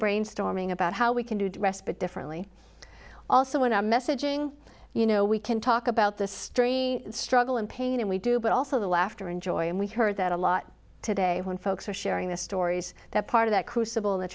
brainstorming about how we can do dressed bit differently also when i'm messaging you know we can talk about the story struggle and pain and we do but all so the laughter and joy and we've heard that a lot today when folks are sharing the stories that part of that crucible th